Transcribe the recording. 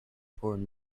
porn